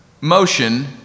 motion